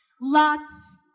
Lots